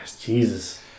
Jesus